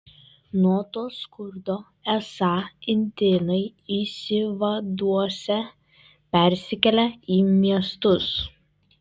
nuo to skurdo esą indėnai išsivaduosią persikėlę į miestus